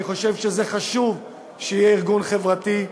אני חושב שזה חשוב שיהיה ארגון חברתי.